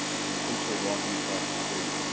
we're essentially walking across the street.